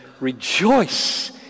Rejoice